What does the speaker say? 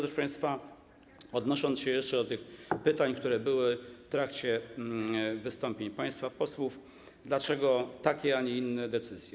Proszę państwa, odniosę się jeszcze do tych pytań, które były w trakcie wystąpień państwa posłów, dlaczego takie, a nie inne decyzje.